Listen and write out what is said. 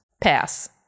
Pass